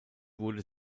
wurde